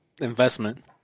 investment